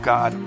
God